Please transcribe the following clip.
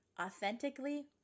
authentically